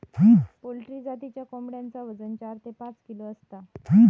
poultry जातीच्या कोंबड्यांचा वजन चार ते पाच किलो असता